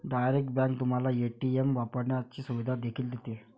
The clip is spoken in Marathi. डायरेक्ट बँक तुम्हाला ए.टी.एम वापरण्याची सुविधा देखील देते